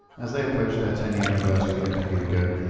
as they approached their ten year anniversary a decade ago,